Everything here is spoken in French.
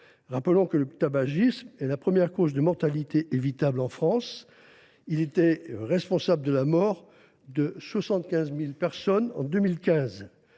Rappelons que le tabagisme est la première cause de mortalité évitable en France : il a été responsable de la mort de 75 000 personnes en 2015.